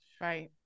right